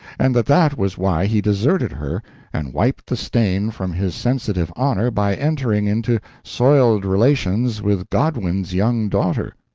and that that was why he deserted her and wiped the stain from his sensitive honor by entering into soiled relations with godwin's young daughter.